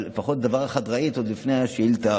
אבל לפחות דבר אחד ראית עוד לפני השאילתה,